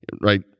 right